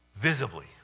Visibly